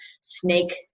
snake